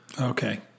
Okay